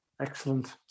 Excellent